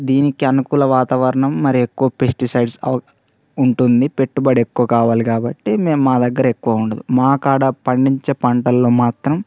దీనికి అనుకూల వాతావరణం మరి ఎక్కువ పెస్టిసైడ్స్ అవు ఉంటుంది పెట్టుబడి ఎక్కువ కావాలి కాబట్టి మేము మా దగ్గర ఎక్కువ ఉండదు మా కాడ పండించే పంటల్లో మాత్రం